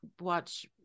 watch